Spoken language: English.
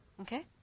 Okay